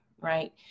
right